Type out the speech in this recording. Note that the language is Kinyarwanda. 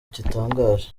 gitangaje